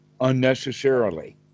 unnecessarily